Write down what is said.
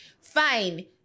Fine